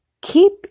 keep